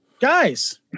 guys